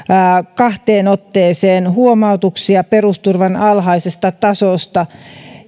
kahteen otteeseen huomautuksia perusturvan alhaisesta tasosta